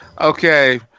Okay